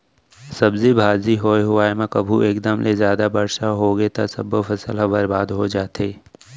सब्जी भाजी होए हुवाए म कभू एकदम ले जादा बरसा होगे त सब्बो फसल ह बरबाद हो जाथे